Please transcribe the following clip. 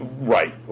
Right